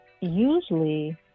usually